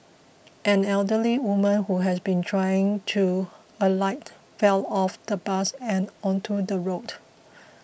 an elderly woman who had been trying to alight fell off the bus and onto the road